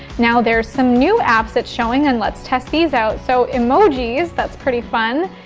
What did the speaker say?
now, there's some new apps that's showing and let's test these out. so emojis, that's pretty fun.